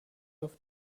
auf